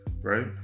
Right